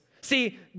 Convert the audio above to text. See